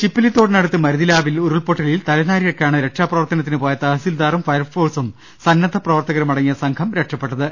ചിപ്പിലിതോടിനടുത്ത് മരുതിലാവിൽ ഉരുൾപൊട്ടലിൽ തലനാരിഴക്കാണ് രക്ഷാപ്രവർത്തനത്തിന് പോയ തഹസിൽദാറും ഫയർഫോഴ്സും സന്നദ്ധ പ്രവർത്തകരുമടങ്ങിയ സംഘം രക്ഷപ്പെട്ടത്